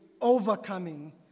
overcoming